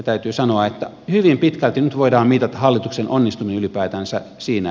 täytyy sanoa että hyvin pitkälti nyt voidaan mitata hallituksen onnistuminen ylipäätänsä siinä